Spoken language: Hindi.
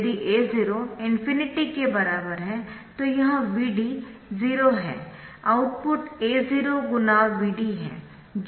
यदि A0 ∞ के बराबर है तो यह Vd 0 है आउटपुट A 0×V d है जो ∞ गुना 0 है